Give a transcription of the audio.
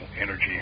energy